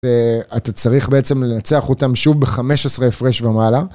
ואתה צריך בעצם לנצח אותם שוב ב-15 הפרש ומעלה.